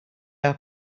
are